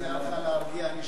ההצעה להעביר את